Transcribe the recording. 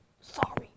Sorry